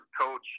coach